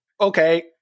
okay